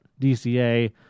DCA